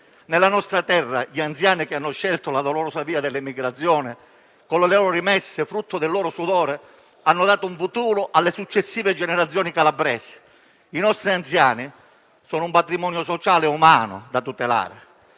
Nella nostra terra gli anziani che hanno scelto la dolorosa via dell'emigrazione, con le loro rimesse frutto del loro sudore, hanno dato un futuro alle successive generazioni calabresi. I nostri anziani sono un patrimonio sociale e umano da tutelare.